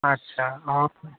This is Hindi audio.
अच्छा और कोई